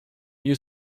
you